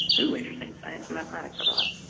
oo, interesting, science and mathematics overlap.